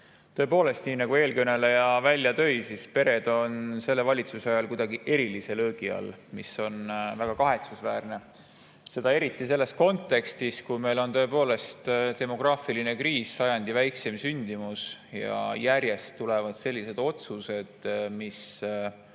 Tõepoolest, nii nagu eelkõneleja välja tõi, on pered selle valitsuse ajal kuidagi erilise löögi all, ja see on väga kahetsusväärne. Seda eriti selles kontekstis, kus meil on tõepoolest demograafiline kriis, sajandi väikseim sündimus, aga järjest tulevad sellised otsused, mis